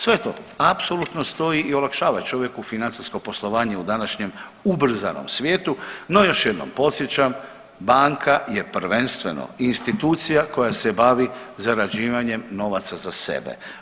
Sve to apsolutno stoji i olakšava čovjeku financijsko poslovanje u današnjem ubrzanom svijetu, no još jednom podsjećam banka je prvenstveno institucija koja se bavi zarađivanjem novaca za sebe.